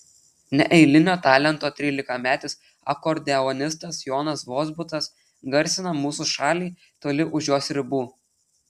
neeilinio talento trylikametis akordeonistas jonas vozbutas garsina mūsų šalį toli už jos ribų